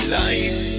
life